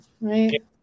right